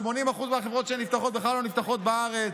80% מהחברות שנפתחות בכלל לא נפתחות בארץ.